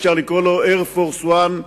אפשר לקרוא לו "אייר פורס 1"